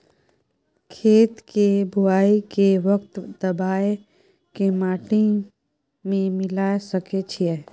खेत के बुआई के वक्त दबाय के माटी में मिलाय सके छिये?